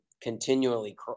continually